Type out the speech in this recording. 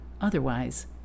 Otherwise